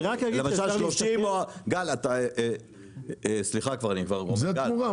למשל 30. זו תמורה.